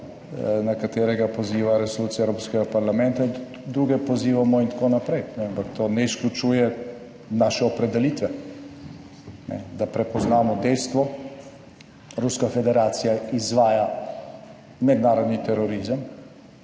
na katerega poziva resolucija Evropskega parlamenta in tudi druge pozivamo in tako naprej. Ampak to ne izključuje naše opredelitve, da prepoznamo dejstvo, Ruska federacija izvaja mednarodni terorizem,